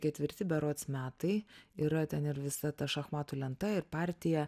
ketvirtį berods metai yra ten ir visa ta šachmatų lenta ir partija